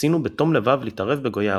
נסינו בתום־לבב להתערב בגויי הארצות,